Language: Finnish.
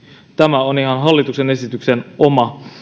tämä on ihan hallituksen esityksen